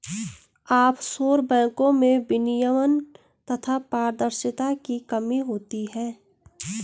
offshore बैंको में विनियमन तथा पारदर्शिता की कमी होती है